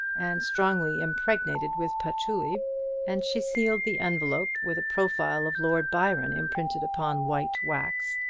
and strongly impregnated with patchouli and she sealed the envelope with a profile of lord byron imprinted upon white wax,